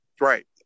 Right